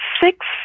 six